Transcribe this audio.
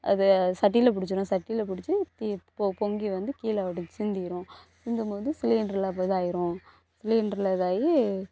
அது சட்டியில் பிடிச்சிரும் சட்டியில் பிடிச்சி தீ பொ பொங்கி வந்து கீழ வடிஞ் சிந்திரும் சிந்தும் போது சிலிண்டரில் அப்போ இதாயிரும் சிலிண்டரில் இதாயி